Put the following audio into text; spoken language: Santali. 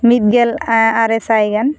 ᱢᱤᱫ ᱜᱮᱞ ᱟᱨᱮ ᱥᱟᱭ ᱜᱟᱱ